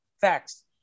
Facts